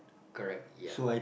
correct ya